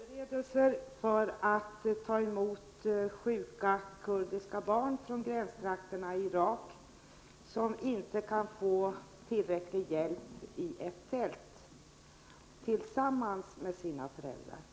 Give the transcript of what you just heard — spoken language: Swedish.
Herr talman! Jag vill fråga om vilka förberedelser som görs för att ta emot sjuka kurdiska barn tillsammans med sina föräldrar från gränstrakterna i Irak, barn som är så sjuka att de inte kan få tillräcklig hjälp i ett tält.